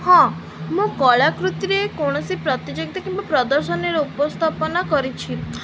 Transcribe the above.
ହଁ ମୁଁ କଳାକୃତିରେ କୌଣସି ପ୍ରତିଯୋଗିତା କିମ୍ବା ପ୍ରଦର୍ଶନୀର ଉପସ୍ଥାପନା କରିଛି